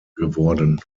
geworden